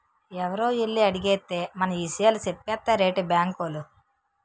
ఎవరో ఎల్లి అడిగేత్తే మన ఇసయాలు సెప్పేత్తారేటి బాంకోలు?